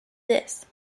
this